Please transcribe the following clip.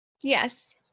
Yes